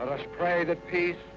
pray that peace